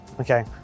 Okay